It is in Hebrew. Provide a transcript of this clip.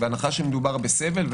בהנחה שמדובר בסבל.